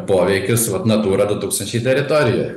poveikis vat natūra du tūkstančiai teritorijoj